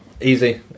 easy